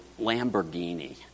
Lamborghini